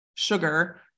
Sugar